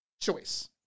choice